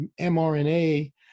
mRNA